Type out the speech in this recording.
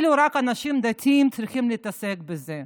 כאילו רק אנשים דתיים צריכים להתעסק בזה.